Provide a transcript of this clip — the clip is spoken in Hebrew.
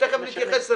ותכף אני אתייחס אליו.